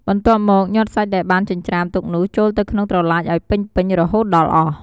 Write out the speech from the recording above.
បន្ទាប់មកញាត់សាច់ដែលបានចិញ្រ្ចាំទុកនោះចូលទៅក្នុងត្រឡាចឱ្យពេញៗរហូតដល់អស់។